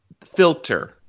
Filter